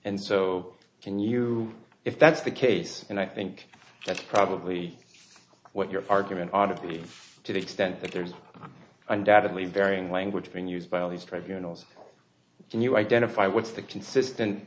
and so can you if that's the case and i think that's probably what your argument out of me to the extent that there's undoubtedly varying language being used by all these tribunals can you identify what's the consistent